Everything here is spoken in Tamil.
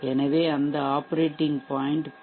எனவே இந்த ஆப்பரேட்டிங் பாய்ன்ட் பி